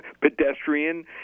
pedestrian